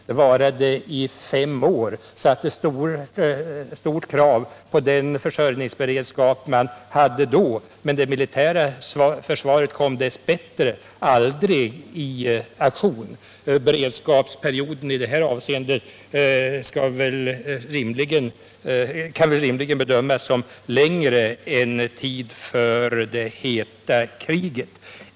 Det varade i sex år och ställde stora krav på dåtidens försörjningsberedskap. Men det militära försvaret behövde dess bättre aldrig gå till aktion. Den beredskapsperiod man skall förbereda sig för i det här avseendet kan väl rimligen bedömas bli längre än den tid som ett öppet krig varar.